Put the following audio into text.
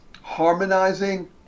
Harmonizing